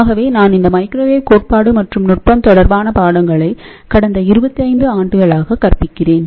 ஆகவே நான் இந்த மைக்ரோவேவ் கோட்பாடு மற்றும் நுட்பம் தொடர்பான பாடங்களைக் கடந்த 25 ஆண்டுகளாக கற்பிக்கிறேன்